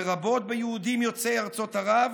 לרבות ביהודים יוצאי ארצות ערב,